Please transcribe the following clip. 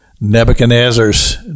Nebuchadnezzar's